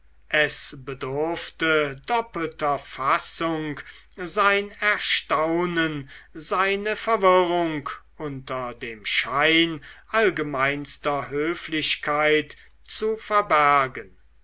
es bedurfte doppelter fassung sein erstaunen seine verwirrung unter dem schein allgemeinster höflichkeit zu verbergen